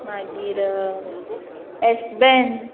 मागीर एसबॅन